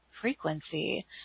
frequency